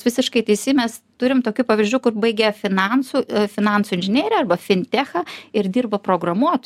visiškai teisi mes turim tokių pavyzdžių kur baigia finansų finansų inžineriją arba fintechą ir dirba programuot